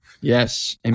Yes